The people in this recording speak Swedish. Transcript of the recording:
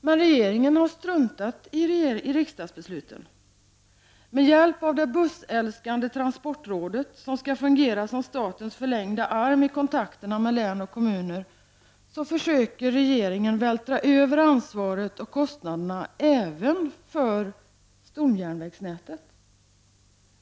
Men regeringen har struntat i riksdagsbesluten. Med hjälp av det bussälskande transportrådet, som skall fungera som statens förlängda arm i kontakterna med län och kommuner, försöker regeringen vältra över ansvaret och kostnaderna även för stomjärnvägsnätet.